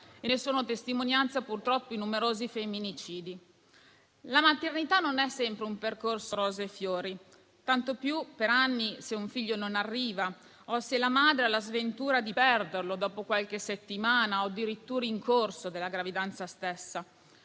Ne sono testimonianza, purtroppo, i numerosi femminicidi. La maternità non è sempre un percorso rose e fiori, tanto più se per anni un figlio non arriva, o se la madre ha la sventura di perderlo dopo qualche settimana o addirittura in corso di gravidanza.